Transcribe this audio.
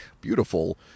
beautiful